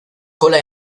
cola